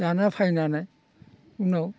जाना फैनानै उनाव